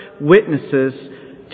witnesses